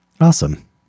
Awesome